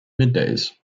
middays